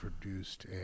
produced